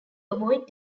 avoid